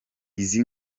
izi